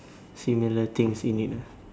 similar things in it ah